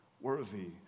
worthy